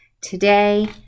today